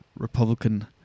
Republican